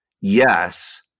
yes